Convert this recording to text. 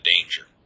danger